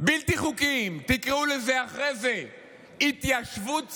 בלתי חוקיים, תקראו לזה אחר כך התיישבות צעירה,